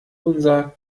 unser